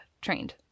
trained